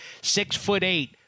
Six-foot-eight